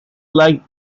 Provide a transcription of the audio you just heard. like